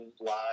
live